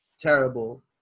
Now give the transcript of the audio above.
terrible